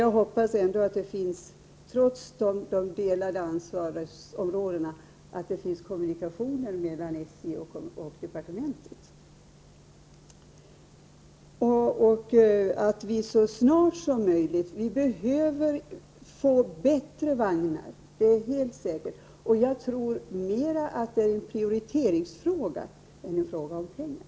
Jag hoppas ändå att det, trots att ansvarsområdet är delat, finns kommunikationer mellan SJ och departementet. Vi behöver få bättre vagnar så snart som möjligt — det är helt säkert. Jag tror att detta mera är en prioriteringsfråga än en fråga om pengar.